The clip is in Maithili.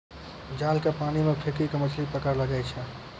जाल के पानी मे फेकी के मछली पकड़लो जाय छै